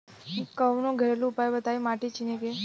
कवनो घरेलू उपाय बताया माटी चिन्हे के?